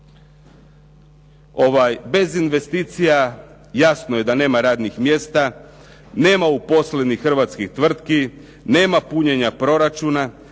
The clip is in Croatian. Bez investicija jasno je da nema radnih mjesta. Nema uposlenih hrvatskih tvrtki, nema punjenja proračuna